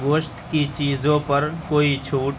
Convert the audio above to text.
گوشت کی چیزوں پر کوئی چھوٹ